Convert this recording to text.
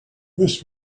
this